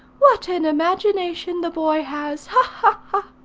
what an imagination the boy has ha! ha!